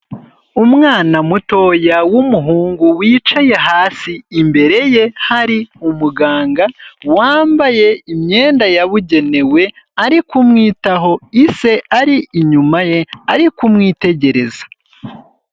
Umwana mutoya w'umuhungu, wicaye hasi, imbere ye hari umuganga wambaye imyenda yabugenewe, ari kumwitaho, ise ari inyuma ye, ari kumwitegereza.